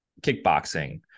kickboxing